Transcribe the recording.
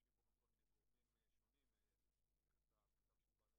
העברת האחריות על משקאות משכרים ממשרד הכלכלה למשרד הבריאות